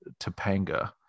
Topanga